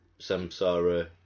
Samsara